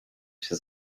się